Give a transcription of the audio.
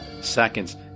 seconds